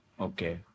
Okay